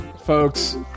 folks